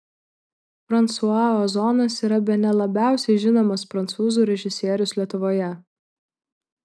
fransua ozonas yra bene labiausiai žinomas prancūzų režisierius lietuvoje